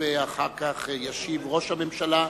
ואז ישיב ראש הממשלה,